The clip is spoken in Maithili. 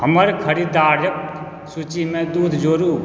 हमर खरीदारीक सूचीमे दूध जोडू